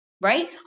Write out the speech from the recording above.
Right